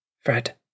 Fred